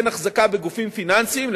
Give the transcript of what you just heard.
בין החזקה בגופים פיננסיים,